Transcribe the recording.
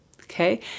Okay